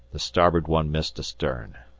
the starboard one missed astern.